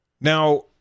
Now